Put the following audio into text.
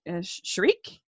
Shriek